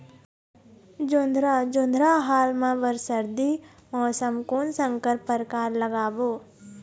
जोंधरा जोन्धरा हाल मा बर सर्दी मौसम कोन संकर परकार लगाबो?